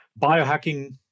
Biohacking